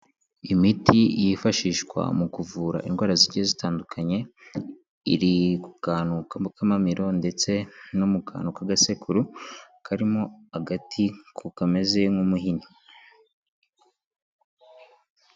Imiti yifashishwa mu kuvura indwara zigiye zitandukanye, iri ku kantu ka k'amamiyo ndetse no mu kantu k'agasekuru karimo agati kameze nk'umuhini.